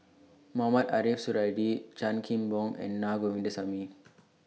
Mohamed Ariff Suradi Chan Kim Boon and Naa Govindasamy